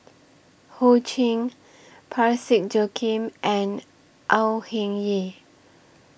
Ho Ching Parsick Joaquim and Au Hing Yee